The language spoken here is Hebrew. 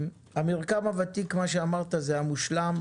המרקם הוותיק מה שאמרת היה מושלם,